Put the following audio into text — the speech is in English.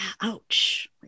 ouch